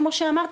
כמו שאמרת,